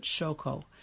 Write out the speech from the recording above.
Shoko